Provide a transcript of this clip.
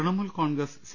Trinamool Congress C